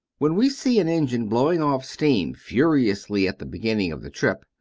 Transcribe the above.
when we see an engine blowing off steam furiously at the beginning of the trip,